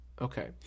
Okay